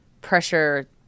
pressure